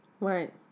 Right